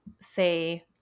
say